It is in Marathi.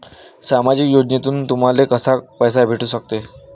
सामाजिक योजनेतून तुम्हाले कसा पैसा भेटू सकते?